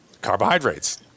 carbohydrates